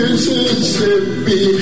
Mississippi